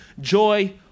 joy